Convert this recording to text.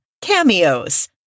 Cameos